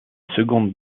seconde